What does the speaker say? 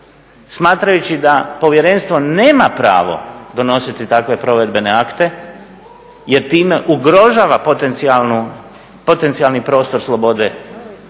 smatrajući da povjerenstvo nema pravo donositi takve provedbene akte jer time ugrožava potencijalni prostor slobode